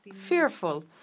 fearful